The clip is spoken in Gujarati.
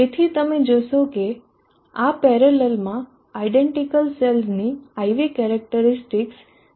તેથી તમે જોશો કે આ પેરેલલમાં આયડેન્ટીકલ સેલ્સની IVકેરેક્ટરીસ્ટિકસ જેવું જ છે